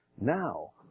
now